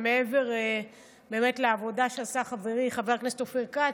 מעבר באמת לעבודה שעשה חברי חבר הכנסת אופיר כץ,